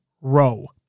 row